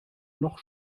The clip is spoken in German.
noch